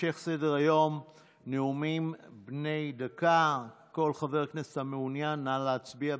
משחדל חבר הכנסת יום טוב כלפון לכהן בכנסת ביום י"ד באייר התשפ"ב,